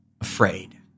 afraid